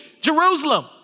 Jerusalem